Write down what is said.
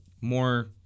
more